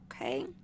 okay